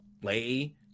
play